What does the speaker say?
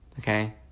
Okay